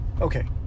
okay